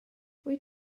wyt